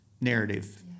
narrative